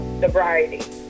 sobriety